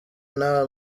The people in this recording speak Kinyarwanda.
nta